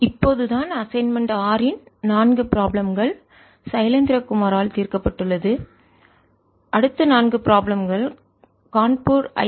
இப்போது தான் அசைன்மென்ட் 6 இன் நான்கு ப்ராப்ளம் கள் சைலேந்திர குமாரால் தீர்க்கப்பட்டுள்ளது அடுத்த நான்கு ப்ராப்ளம் கள் கான்பூர் ஐ